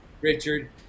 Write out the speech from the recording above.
Richard